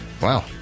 Wow